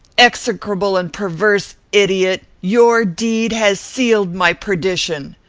execrable and perverse idiot! your deed has sealed my perdition.